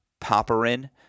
Popperin